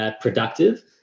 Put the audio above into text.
productive